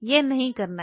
यह नहीं करना है